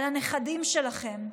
על הנכדים שלכם,